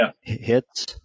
hits